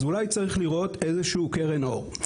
אז אולי צריך לראות איזשהו קרן אור.